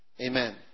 Amen